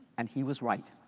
and he was right.